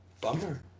bummer